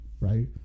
right